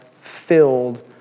filled